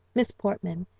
miss portman,